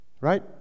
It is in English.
Right